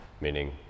Meaning